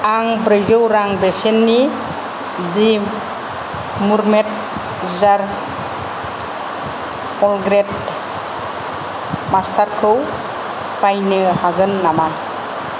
आं ब्रैजौ रां बेसेननि दि मुरमेट जार टारग्रेट मास्टार्डखौ बायनो हागोन नामा